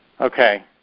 Okay